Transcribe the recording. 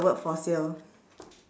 the word for sale